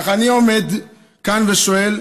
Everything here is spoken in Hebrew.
אך אני עומד כאן ושואל,